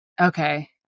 Okay